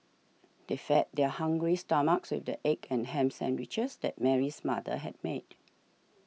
they fed their hungry stomachs with the egg and ham sandwiches that Mary's mother had made